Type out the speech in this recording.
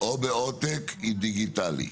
או בעותק דיגיטאלי.